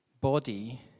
body